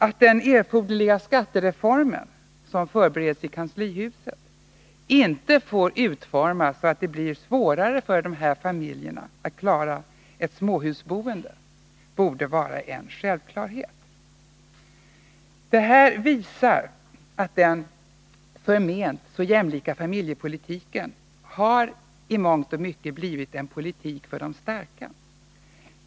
Att den erforderliga skattereformen, som förbereds i kanslihuset, inte får utformas så att det blir svårare för de här familjerna att klara ett småhusboende borde vara en självklarhet. Det här visar att den förment så jämlika familjepolitiken i mångt och mycket har blivit en politik för de starka.